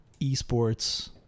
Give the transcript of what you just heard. esports